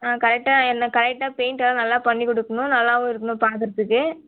ஆ கரெட்டாக என்ன கரெட்டாக பெயிண்ட்டெல்லாம் நல்லா பண்ணிக் கொடுக்கணும் நல்லாவும் இருக்கணும் பார்க்கறத்துக்கு